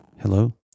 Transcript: Hello